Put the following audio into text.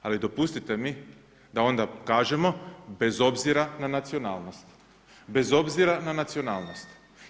Ali dopustite mi da onda kažemo bez obzira na nacionalnost, bez obzira na nacionalnost.